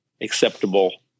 acceptable